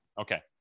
Okay